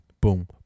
boom